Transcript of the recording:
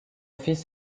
fils